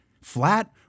flat